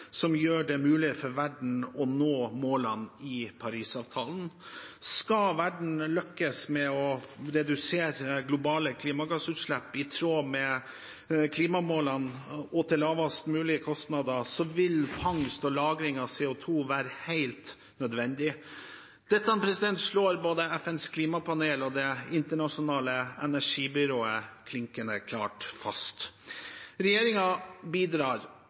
som gjør det mulig for verden å nå målene i Parisavtalen. Skal verden lykkes med å redusere globale klimagassutslipp i tråd med klimamålene og til lavest mulig kostnader, vil fangst og lagring av CO 2 være helt nødvendig. Dette slår både FNs klimapanel og Det internasjonale energibyrået klinkende klart fast. Regjeringen bidrar